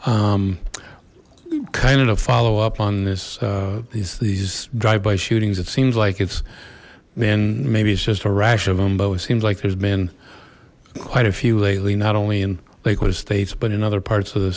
forth kind of a follow up on this these these drive by shootings it seems like it's then maybe it's just a rash of them but it seems like there's been quite a few lately not only in lakewood estates but in other parts of the